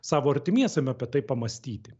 savo artimiesiem apie tai pamąstyti